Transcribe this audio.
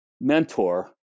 mentor